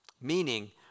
meaning